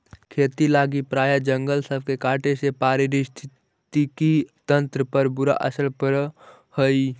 खेती लागी प्रायह जंगल सब के काटे से पारिस्थितिकी तंत्र पर बुरा असर पड़ हई